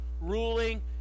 ruling